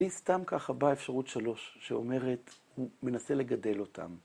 היא סתם ככה באה אפשרות שלוש, שאומרת, הוא מנסה לגדל אותן.